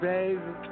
Baby